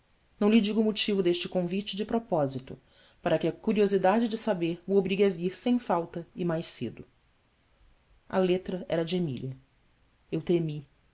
não lhe digo o motivo deste convite de propósito para que a curiosidade de saber o obrigue a vir sem falta e mais cedo a letra era de emília eu tremi